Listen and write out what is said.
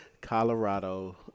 Colorado